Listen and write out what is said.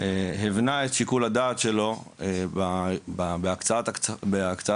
הִבנה את שיקול הדעת שלו בהקצאת הכספים.